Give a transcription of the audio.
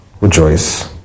rejoice